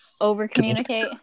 Over-communicate